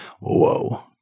Whoa